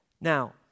Now